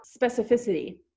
specificity